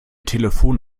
telefon